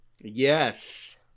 Yes